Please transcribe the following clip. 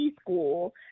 school